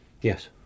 Yes